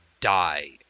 die